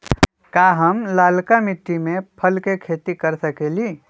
का हम लालका मिट्टी में फल के खेती कर सकेली?